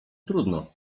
trudno